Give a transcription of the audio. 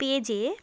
পেজে